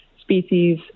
species